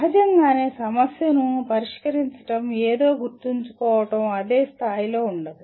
సహజంగానే సమస్యను పరిష్కరించడం ఏదో గుర్తుంచుకోవడం అదే స్థాయిలో ఉండదు